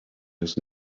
has